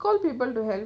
call people to help